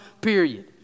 period